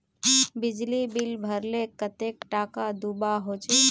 बिजली बिल भरले कतेक टाका दूबा होचे?